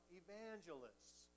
evangelists